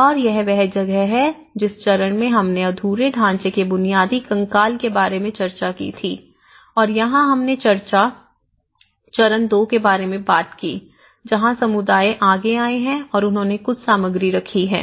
और यह वह जगह है जिस चरण में हमने अधूरे ढांचे के बुनियादी कंकाल के बारे में चर्चा की थी और यहां हमने चरण दो के बारे में बात की जहां समुदाय आगे आए हैं और उन्होंने कुछ सामग्री रखी है